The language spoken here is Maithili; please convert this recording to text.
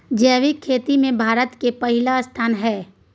जैविक खेती में भारत के पहिला स्थान हय